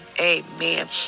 Amen